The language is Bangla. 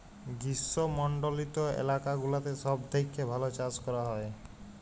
গ্রীস্মমন্ডলিত এলাকা গুলাতে সব থেক্যে ভাল চাস ক্যরা হ্যয়